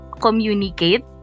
communicate